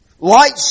Light